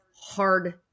hard